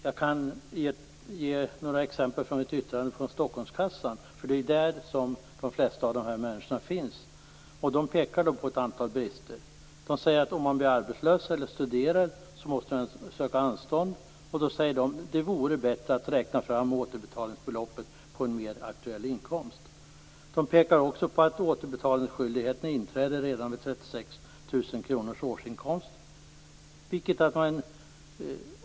Jag har här ett yttrande från Stockholmskassan. Det är där som de flesta av dessa människor finns. Stockholmskassan pekar på ett antal brister. Om den underhållsskyldige blir arbetslös eller studerar måste han eller hon söka anstånd. Det vore bättre att räkna fram återbetalningsbeloppet på en mer aktuell inkomst. Stockholmskassan pekar också på att återbetalningsskyldigheten inträder redan vid 36 000 kr i årsinkomst.